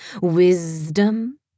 wisdom